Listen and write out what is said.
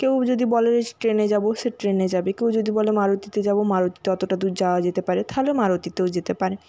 কেউ যদি বলে ট্রেনে যাবো সে ট্রেনে যাবে কেউ যদি বলে মারুতিতে যাবো মারুতিতে অতটা দূর যাওয়া যেতে পারে তাহলেও মারুতিতেও যেতে পারে